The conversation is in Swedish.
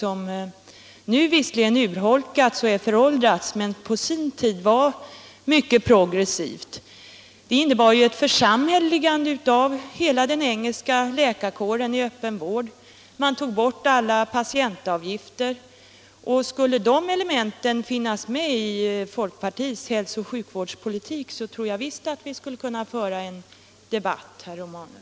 Det har nu visserligen urholkats och är föråldrat, men på sin tid var det mycket progressivt. Det innebar ett församhälleligande av hela den engelska läkarkåren i öppen vård. Man tog bort alla patientavgifter. Skulle de elementen finnas med i folkpartiets hälsooch sjukvårdspolitik, tror jag visst att vi skulle kunna föra en debatt, herr Romanus.